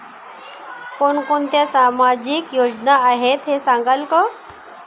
कोणकोणत्या सामाजिक योजना आहेत हे सांगाल का?